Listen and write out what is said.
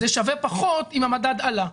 זה שווה פחות אם המדד עלה.